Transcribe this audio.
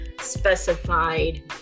specified